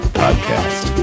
podcast